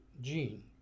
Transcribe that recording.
Gene